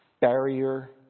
barrier